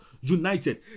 united